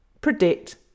predict